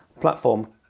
platform